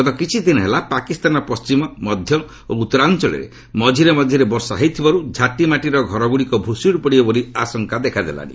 ଗତ କିଛିଦିନ ହେଲା ପାକିସ୍ତାନର ପଣ୍ଢିମ ମଧ୍ୟ ଓ ଉତ୍ତରାଞ୍ଚଳରେ ମଝିରେ ମଝିରେ ବର୍ଷା ହେଉଥିବାରୁ ଝାଟିମାଟିର ଘରଗୁଡ଼ିକ ଭୁଷୁଡ଼ି ପଡ଼ିବ ବୋଲି ଆଶଙ୍କା ଦେଖାଦେଲାଣି